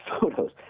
photos